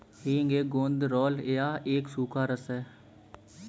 हींग एक गोंद राल या एक सूखा रस है